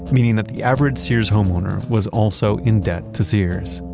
meaning that the average sears homeowner was also in debt to sears.